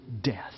death